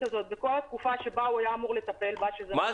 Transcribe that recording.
הזאת בכל התקופה שבה הוא היה אמור לטפל בה שזה